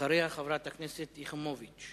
אחריה, חברת הכנסת שלי יחימוביץ.